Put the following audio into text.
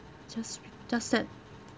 just just that